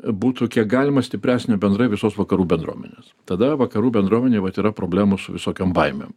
būtų kiek galima stipresnė bendrai visos vakarų bendruomenės tada vakarų bendruomenėj vat yra problemų su visokiom baimėm